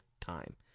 time